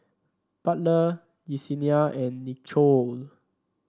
Butler Yesenia and Nichole